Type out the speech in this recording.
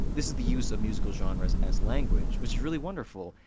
this is the use of musical genres as language, which is really wonderful,